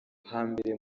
hambere